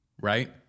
right